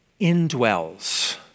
indwells